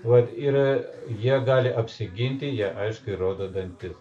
vat ir jie gali apsiginti jie aiškiai rodo dantis